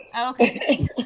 okay